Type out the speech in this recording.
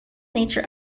nature